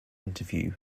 interview